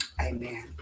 Amen